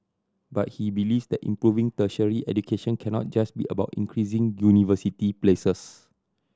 but he believes that improving tertiary education cannot just be about increasing university places